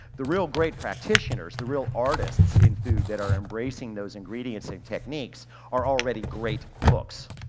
the real great practitioners, the real artists in food that are embracing those ingredients and techniques are already great cooks.